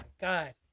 God